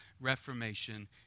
reformation